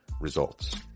Results